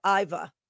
Iva